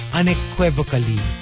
unequivocally